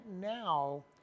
now